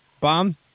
bomb